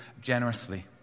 generously